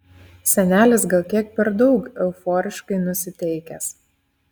senelis gal kiek per daug euforiškai nusiteikęs